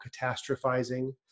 catastrophizing